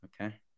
okay